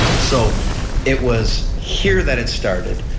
so it was here that it started.